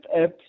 app